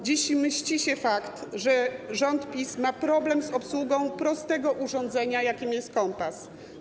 Dziś mści się fakt, że rząd PiS ma problem z obsługą prostego urządzenia, jakim jest kompas.